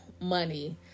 money